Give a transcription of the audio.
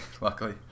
luckily